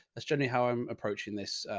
that's generally how i'm approaching this.